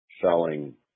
selling